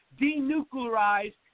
denuclearize